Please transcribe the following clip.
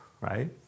right